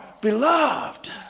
beloved